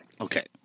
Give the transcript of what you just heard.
Okay